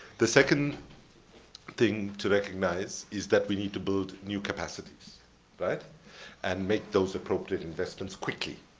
the second thing to recognize is that we need to build new capacities but and make those appropriate investments quickly.